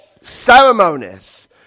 ceremonies